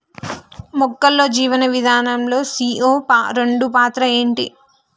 మొక్కల్లో జీవనం విధానం లో సీ.ఓ రెండు పాత్ర ఏంటి?